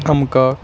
عمہٕ کاکھ